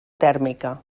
tèrmica